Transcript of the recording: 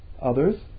others